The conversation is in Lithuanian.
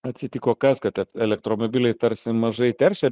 atsitiko kas kad elektromobiliai tarsi mažai teršia